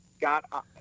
got